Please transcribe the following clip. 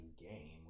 game